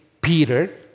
Peter